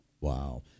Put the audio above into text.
Wow